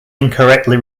incorrectly